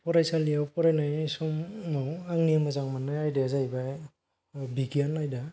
फराइसालिआव फरायनाय समाव आंनि मोजां मोननाय आयदाया जाहैबाय बिगियान आयदा